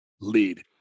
lead